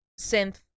synth